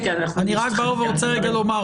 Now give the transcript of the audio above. אני בא ואני רוצה רגע לומר,